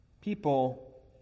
People